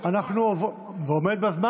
ועומד בזמן.